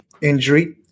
injury